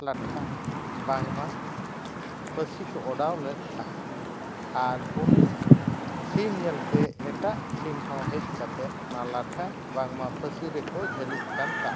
ᱞᱟᱴᱷᱟ ᱵᱟᱝᱢᱟ ᱯᱟᱹᱥᱤ ᱠᱚ ᱚᱰᱟᱣ ᱞᱮᱫ ᱛᱟᱦᱮᱸᱫ ᱟᱨ ᱩᱱᱤ ᱥᱤᱢ ᱧᱮᱞᱛᱮ ᱮᱴᱟᱜ ᱥᱤᱢ ᱦᱚᱸ ᱦᱮᱡ ᱠᱟᱛᱮᱫ ᱚᱱᱟ ᱞᱟᱴᱷᱟ ᱵᱟᱝᱢᱟ ᱯᱟᱹᱥᱤ ᱨᱮᱠᱚ ᱡᱷᱟᱹᱞᱤᱜ ᱠᱟᱱ ᱛᱟᱦᱮᱸᱫ